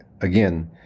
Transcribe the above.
again